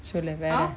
சொல்லு வேர:sollu vera